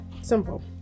Simple